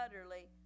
utterly